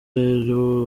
rero